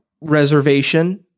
reservation